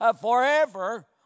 forever